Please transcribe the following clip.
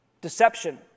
deception